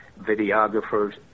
videographers